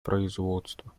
производство